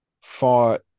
fought